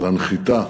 על הנחיתה